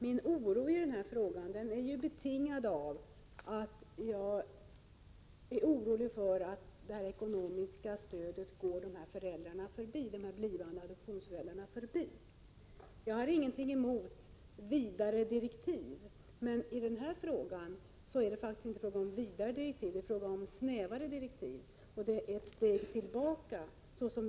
Herr talman! Min oro i denna fråga är betingad av att det ekonomiska stödet kanske kommer att gå de blivande adoptivföräldrarna förbi. Jag har ingenting emot vidare direktiv, men i denna fråga är det faktiskt inte fråga om vidare direktiv utan om snävare direktiv — som jag bedömer det ett steg tillbaka.